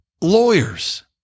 lawyers